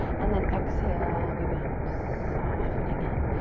and then exhale, we bend. softening in.